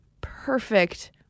perfect